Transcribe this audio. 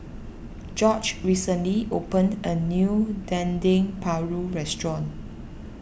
George recently opened a new Dendeng Paru Restaurant